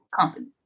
company